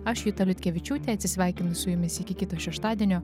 aš juta liutkevičiūtė atsisveikinu su jumis iki kito šeštadienio